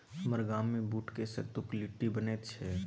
हमर गाममे बूटक सत्तुक लिट्टी बनैत छै